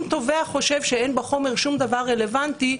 תובע חושב שאין בחומר שום דבר רלוונטי,